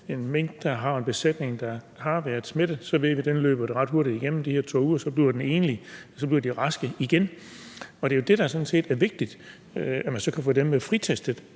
en minkfarm, der har en besætning, der har været smittet, ved vi, at den smitte løber ret hurtigt igennem – de her 2 uger – og så bliver de raske igen. Og det er jo det, der sådan set er vigtigt, altså at man så kan få dem fritestet,